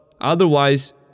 otherwise